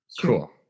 Cool